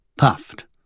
puffed